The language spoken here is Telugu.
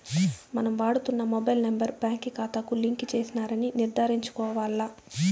మనం వాడుతున్న మొబైల్ నెంబర్ బాంకీ కాతాకు లింక్ చేసినారని నిర్ధారించుకోవాల్ల